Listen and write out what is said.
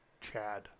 Chad